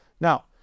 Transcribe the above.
Now